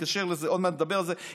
עוד מעט נדבר על זה,